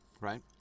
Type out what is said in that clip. Right